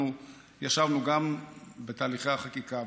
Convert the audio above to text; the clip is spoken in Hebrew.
אנחנו ישבנו גם בתהליכי החקיקה,